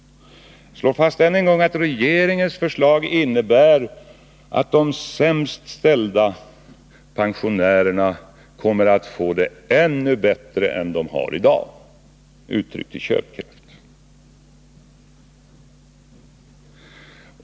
Jag slår också än en gång fast att regeringens förslag innebär att de sämst ställda pensionärerna uttryckt i köpkraft kommer att få det bättre än i dag.